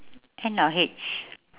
N or H